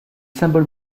symboles